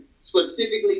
Specifically